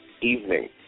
evening